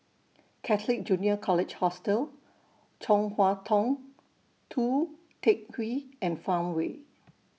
Catholic Junior College Hostel Chong Hua Tong Tou Teck Hwee and Farmway